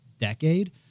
decade